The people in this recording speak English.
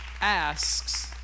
asks